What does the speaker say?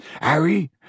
Harry